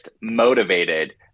motivated